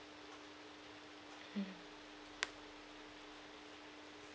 mm